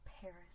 Paris